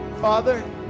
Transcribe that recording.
Father